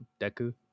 Deku